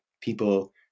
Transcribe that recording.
people